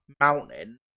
mountain